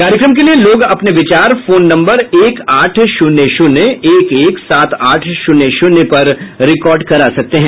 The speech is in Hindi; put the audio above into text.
कार्यक्रम के लिये लोग अपने विचार फोन नम्बर एक आठ शून्य शून्य एक एक सात आठ शून्य शून्य पर रिकॉर्ड करा सकते हैं